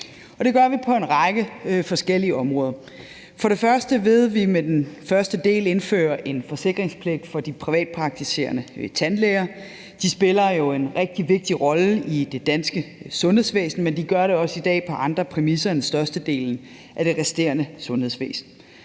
Det gør vi på en række forskellige områder. Først og fremmes vil vi med den første del indføre en forsikringspligt for de privatpraktiserende tandlæger. De spiller jo en rigtig vigtig rolle i det danske sundhedsvæsen, men de gør det også i dag på andre præmisser end størstedelen af det resterende sundhedsvæsen.